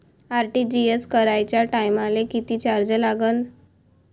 RTGS कराच्या टायमाले किती चार्ज लागन?